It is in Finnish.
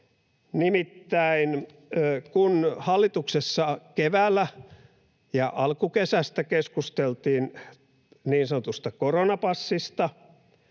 Nimittäin kun hallituksessa keväällä ja alkukesästä keskusteltiin niin sanotusta koronapassista,